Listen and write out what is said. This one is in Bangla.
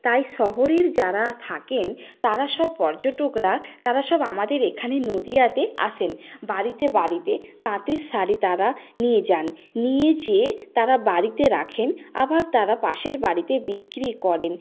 তাই শহরের যারা থাকেন তারা সব পর্যটকরা তারা সব আমাদের এখানে নদিয়াতে আসেন বাড়িতে বাড়িতে তাঁতের শাড়ি তারা নিয়ে যান নিয়ে যেয়ে তারা বাড়িতে রাখেন আবার তারা পাশের বাড়িতে বিক্রি করেন